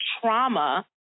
trauma